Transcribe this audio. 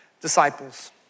disciples